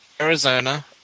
Arizona